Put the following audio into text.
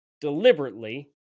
deliberately